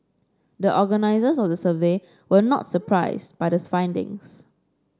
the organisers of the survey were not surprised by the findings